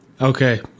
Okay